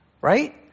right